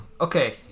Okay